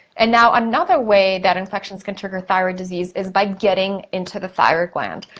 and now, another way that infections can trigger thyroid disease is by getting into the thyroid gland.